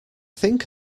think